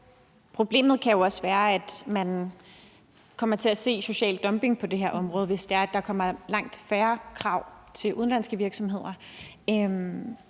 Problemet kan jo også være, at man kommer til at se social dumping på det her område, hvis der bliver stillet langt færre krav til udenlandske virksomheder.